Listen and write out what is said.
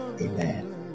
Amen